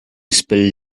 spilled